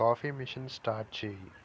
coffee machine start చేయి